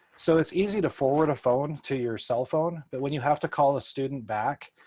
so it's easy to forward a phone to your cell phone. but when you have to call a student back,